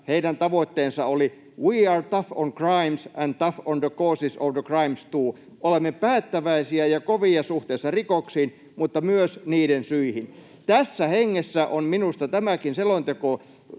Heidän tavoitteensa oli: ”we are tough on crimes and tough on the causes of the crimes too”, ’olemme päättäväisiä ja kovia suhteessa rikoksiin mutta myös niiden syihin’. Tässä hengessä on minusta tämäkin selonteko